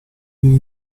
viene